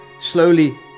slowly